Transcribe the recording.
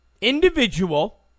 individual